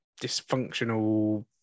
dysfunctional